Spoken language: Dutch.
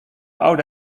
oude